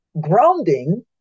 grounding